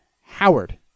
Howard